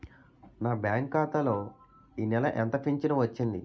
నా బ్యాంక్ ఖాతా లో ఈ నెల ఎంత ఫించను వచ్చింది?